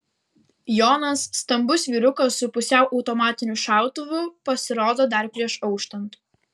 jonas stambus vyrukas su pusiau automatiniu šautuvu pasirodo dar prieš auštant